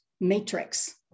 matrix